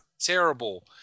terrible